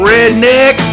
Redneck